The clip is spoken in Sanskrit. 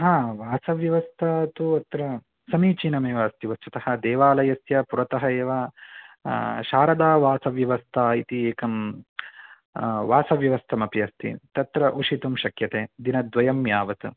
हा वासव्यवस्था तु अत्र समीचीनमेव अस्ति वस्तुतः देवालयस्य पुरतः एव शारदावासव्यवस्था इति एकं वासव्यवस्थामपि अस्ति तत्र उषितुं शक्यते दिनद्वयं यावत्